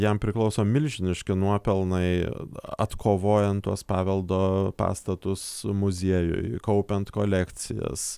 jam priklauso milžiniški nuopelnai atkovojant tuos paveldo pastatus muziejui kaupiant kolekcijas